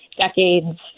decades